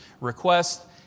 request